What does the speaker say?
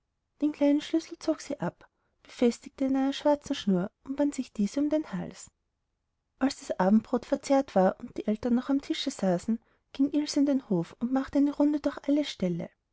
den kleinen schlüssel zog sie ab befestigte ihn an einer schwarzen schnur und band diese sich um den hals als das abendbrot verzehrt war und die eltern noch am tische saßen ging ilse in den hof und machte eine runde durch alle ställe